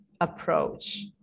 approach